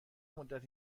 مدت